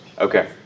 Okay